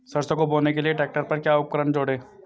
सरसों को बोने के लिये ट्रैक्टर पर क्या उपकरण जोड़ें?